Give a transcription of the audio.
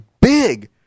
big